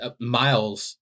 miles